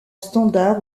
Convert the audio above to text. standard